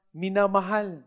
minamahal